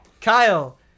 Kyle